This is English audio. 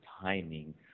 timing